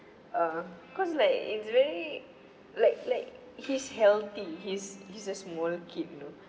err cause like it's really like like he's healthy he's he's a small kid you know